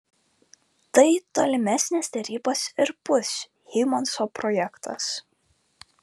tai tolimesnės derybos ir bus hymanso projektas